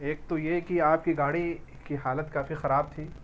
ایک تو یہ کہ آپ کی گاڑی کی حالت کافی خراب تھی